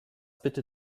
bitte